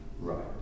Right